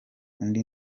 undi